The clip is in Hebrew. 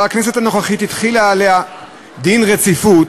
הכנסת הנוכחית החילה עליה דין רציפות,